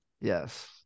Yes